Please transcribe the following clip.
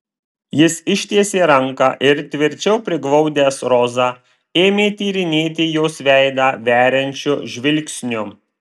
jis ištiesė ranką ir tvirčiau priglaudęs rozą ėmė tyrinėti jos veidą veriančiu žvilgsniu